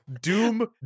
Doom